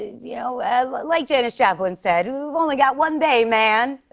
you know and like janis joplin said, we've only got one day, man.